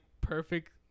perfect